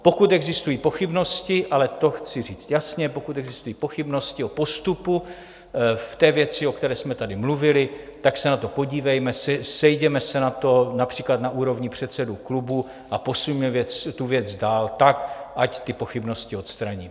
Pokud existují pochybnosti, ale to chci říct jasně, pokud existují pochybnosti o postupu v té věci, o které jsme tady mluvili, tak se na to podívejme, sejděme se na to například na úrovni předsedů klubů a posuňme tu věc dál tak, ať ty pochybnosti odstraníme.